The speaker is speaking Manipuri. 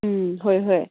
ꯎꯝ ꯍꯣꯏ ꯍꯣꯏ